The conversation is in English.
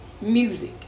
music